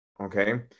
okay